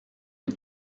une